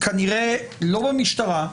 כנראה לא המשטרה,